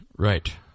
Right